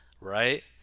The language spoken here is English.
right